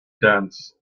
dance